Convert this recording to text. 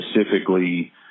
specifically